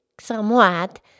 somewhat